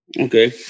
Okay